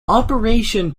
operation